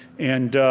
and